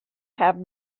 have